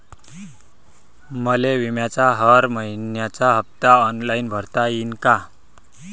मले बिम्याचा हर मइन्याचा हप्ता ऑनलाईन भरता यीन का?